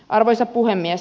arvoisa puhemies